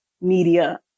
media